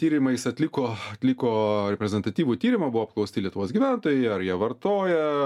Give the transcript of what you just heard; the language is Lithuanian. tyrimais atliko atliko reprezentatyvų tyrimą buvo apklausti lietuvos gyventojai ar jie vartoja